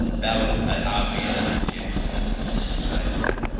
that was ah obvious chance for me to lose my virginity but i didn't.